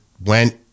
went